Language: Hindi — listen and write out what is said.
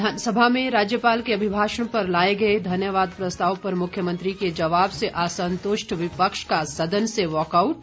विधानसभा में राज्यपाल के अभिभाषण पर लाए गए धन्यवाद प्रस्ताव पर मुख्यमंत्री के जवाब से असंतुष्ट विपक्ष का सदन से वाकआउट